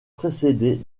précédé